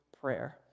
prayer